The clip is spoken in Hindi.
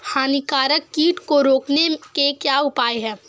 हानिकारक कीट को रोकने के क्या उपाय हैं?